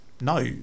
no